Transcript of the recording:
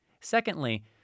Secondly